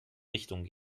richtung